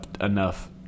enough